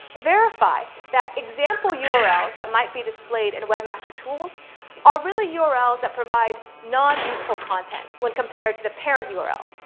verify that example urls that might be displayed in webmaster tools are really yeah urls that provide non-useful content. when compared to the parent yeah url.